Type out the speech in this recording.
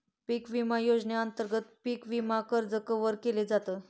पिक विमा योजनेअंतर्गत पिक विमा कर्ज कव्हर केल जात